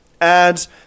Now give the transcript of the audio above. adds